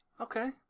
Okay